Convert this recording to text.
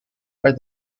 are